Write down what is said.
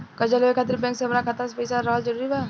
कर्जा लेवे खातिर बैंक मे हमरा खाता मे पईसा रहल जरूरी बा?